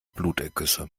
blutergüsse